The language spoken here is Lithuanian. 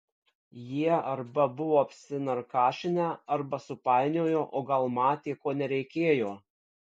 jie arba buvo apsinarkašinę arba supainiojo o gal matė ko nereikėjo